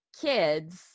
kids